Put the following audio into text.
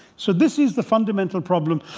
so this is the fundamental problem